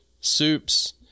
soups